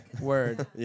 Word